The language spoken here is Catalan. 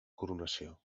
coronació